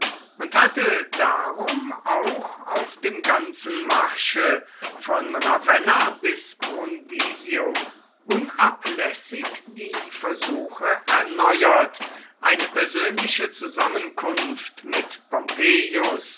und hatte darum auch auf dem ganzen marsche von ravenna bis brundisium unablässig die versuche erneuert eine persönliche zusammenkunft mit